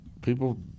people